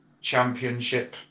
Championship